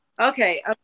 Okay